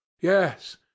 Yes